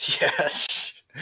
Yes